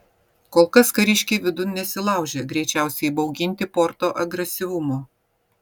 kol kas kariškiai vidun nesilaužė greičiausiai įbauginti porto agresyvumo